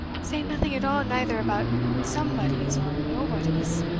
say nothing at all neither about somebodies or nobodies!